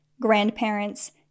grandparents